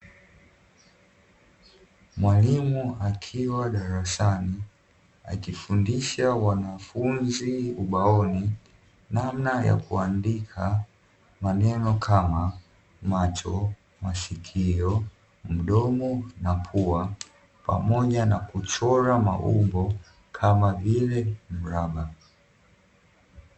Mwalimu akiwa darasani akifundisha wanafunzi ubaoni namna ya kuandika maneno kama macho, masikio, mdomo na pua pamoja na kuchora maumbo kama vile mraba.